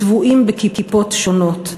צבועים בכיפות שונות.